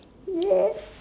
yes